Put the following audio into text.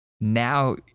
Now